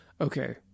Okay